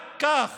רק כך